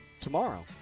tomorrow